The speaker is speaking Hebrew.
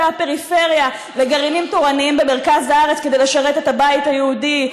הפריפריה לגרעינים תורניים במרכז הארץ כדי לשרת את הבית היהודי,